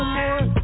more